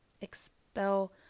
expel